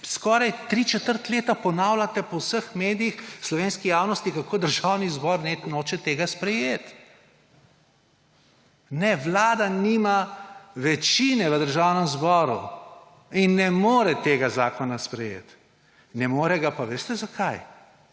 skoraj tri četrt leta ponavljate po vseh medijih slovenski javnosti, kako Državni zbor noče tega sprejeti. Vlada nima večine v Državnem zboru in ne more tega zakona sprejeti. Ne more ga – pa veste zakaj?